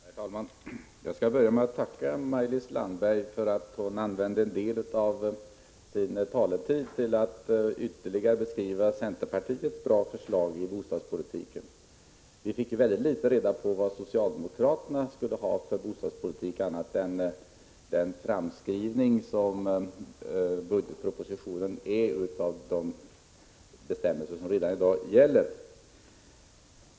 Herr talman! Jag skall börja med att tacka Maj-Lis Landberg för att hon använde en del av sin taletid till att ytterligare beskriva centerpartiets bra förslag på bostadspolitikens område. Vi fick däremot reda på mycket litet om den bostadspolitik som socialdemokraterna tänker föra, utöver den förlängning som föreslås i budgetpropositionen av de bestämmelser som redan i dag gäller.